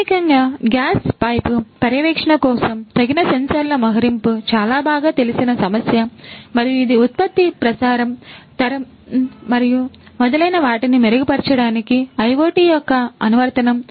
ప్రాథమికంగా gas pipe పర్యవేక్షణ కోసం తగిన సెన్సార్ల మోహరింపు చాలా బాగా తెలిసిన సమస్య మరియు ఇది ఉత్పత్తి ప్రసారం తరం మరియు మొదలైన వాటిని మెరుగుపరచడానికి IoT యొక్క అనువర్తనం